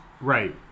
Right